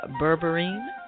berberine